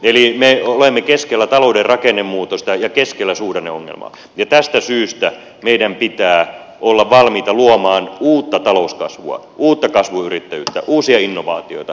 eli me olemme keskellä talouden rakennemuutosta ja keskellä suhdanneongelmaa ja tästä syystä meidän pitää olla valmiita luomaan uutta talouskasvua uutta kasvuyrittäjyyttä uusia innovaatioita